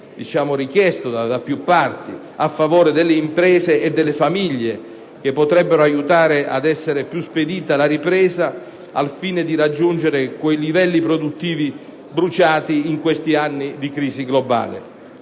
come richiesto da più parti, a favore delle imprese e delle famiglie che potrebbero aiutare una più spedita ripresa, al fine di raggiungere quei livelli produttivi bruciati in questi anni di crisi globale.